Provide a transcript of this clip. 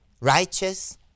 righteous